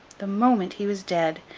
the moment he was dead,